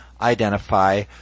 identify